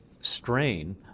strain